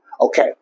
Okay